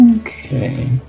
Okay